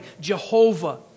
Jehovah